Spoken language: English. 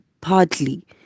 partly